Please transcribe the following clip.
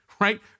right